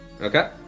Okay